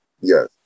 Yes